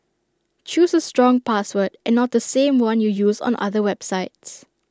choose A strong password and not the same one you use on other websites